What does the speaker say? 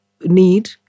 need